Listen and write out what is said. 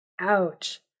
ouch